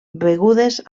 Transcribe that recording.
begudes